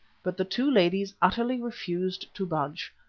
but the two ladies utterly refused to budge.